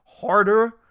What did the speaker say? harder